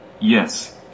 Yes